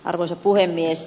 arvoisa puhemies